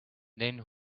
then